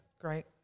Great